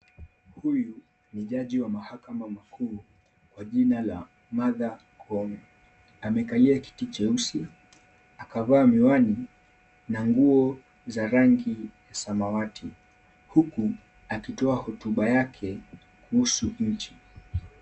Huyu ni jaji wa mahakama mkuu kwa jina la Martha Koome. Amekalia kiti cheusi akavaa miwani na nguo za rangi ya samawati huku akitoa hotuba yake kuhusu nchi.